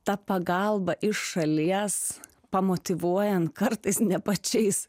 ta pagalba iš šalies pamotyvuojant kartais ne pačiais